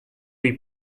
wie